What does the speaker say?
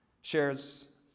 shares